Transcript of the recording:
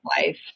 life